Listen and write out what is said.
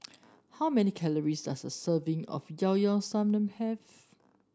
how many calories does a serving of Llao Llao Sanum have